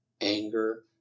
anger